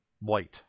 white